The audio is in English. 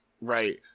Right